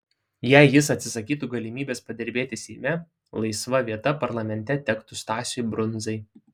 jei jis atsisakytų galimybės padirbėti seime laisva vieta parlamente tektų stasiui brundzai